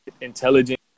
intelligent